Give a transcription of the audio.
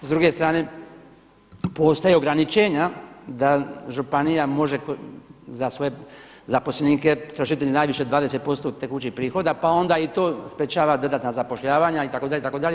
S druge strane postoje ograničenja da županija može za svoje zaposlenike trošiti najviše 20% tekućih prihoda pa onda i to sprječava dodatna zapošljavanja itd., itd.